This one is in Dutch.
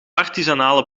artisanale